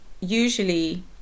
usually